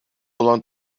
olan